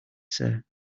sir